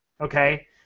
okay